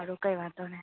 સારું કઈ વાંધો નહીં